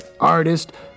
artist